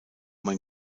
mein